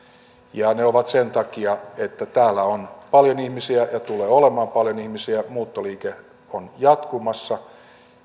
ja ne ovat sitä sen takia että täällä on paljon ihmisiä ja tulee olemaan paljon ihmisiä muuttoliike on jatkumassa